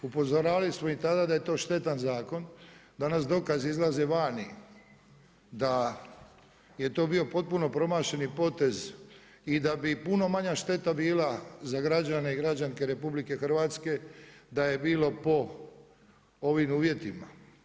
Upozoravali smo i tada da je to štetan zakon, danas dokazi izlaze vani da je to bio potpuno promašeni potez i da bi puno manja šteta bila za građane i građanke RH da je bilo po ovim uvjetima.